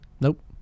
Nope